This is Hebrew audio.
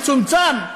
מצומצם,